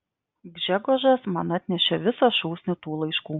gžegožas man atnešė visą šūsnį tų laiškų